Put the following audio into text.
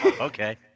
Okay